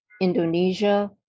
Indonesia